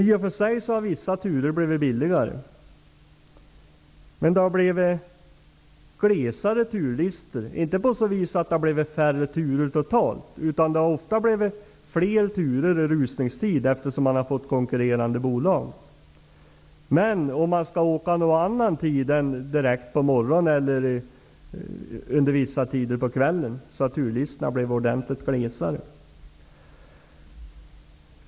I och för sig har vissa turer blivit billigare, men det har blivit glesare turlistor, inte på så vis att det har blivit färre turer totalt, utan det har ofta blivit fler turer i rusningstid eftersom man har fått konkurrerande bolag. Men om man skall åka någon annan tid än direkt på morgonen eller under vissa tider på kvällen, får man finna sig i att det är ordentligt glesare med turer.